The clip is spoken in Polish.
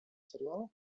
seriale